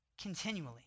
continually